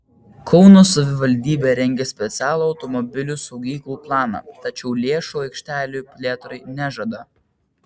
kauno savivaldybė rengia specialų automobilių saugyklų planą tačiau lėšų aikštelių plėtrai nežada